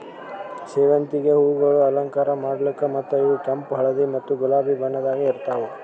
ಸೇವಂತಿಗೆ ಹೂವುಗೊಳ್ ಅಲಂಕಾರ ಮಾಡ್ಲುಕ್ ಮತ್ತ ಇವು ಕೆಂಪು, ಹಳದಿ ಮತ್ತ ಗುಲಾಬಿ ಬಣ್ಣದಾಗ್ ಇರ್ತಾವ್